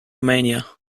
romania